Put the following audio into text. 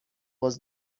was